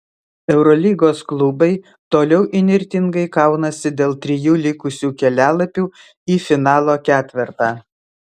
eurolygos klubai toliau įnirtingai kaunasi dėl trijų likusių kelialapių į finalo ketvertą